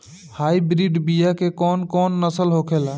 Hybrid बीया के कौन कौन नस्ल होखेला?